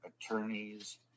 attorneys